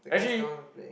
the guys don't wanna play